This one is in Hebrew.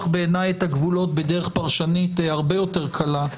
את הגבולות בדרך פרשנית הרבה יותר קלה.